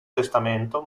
testamento